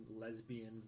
lesbian